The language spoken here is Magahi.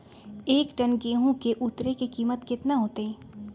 एक टन गेंहू के उतरे के कीमत कितना होतई?